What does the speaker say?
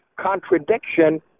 contradiction